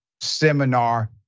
seminar